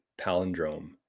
palindrome